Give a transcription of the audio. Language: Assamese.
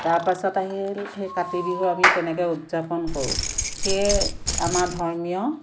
তাৰ পাছত আহিল সেই কাতি বিহুৰ আমি তেনেকৈ উদযাপন কৰোঁ সেয়ে আমাৰ ধৰ্মীয়